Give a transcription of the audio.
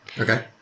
Okay